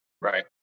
Right